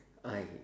I